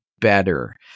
better